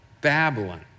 Babylon